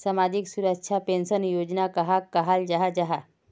सामाजिक सुरक्षा पेंशन योजना कहाक कहाल जाहा जाहा?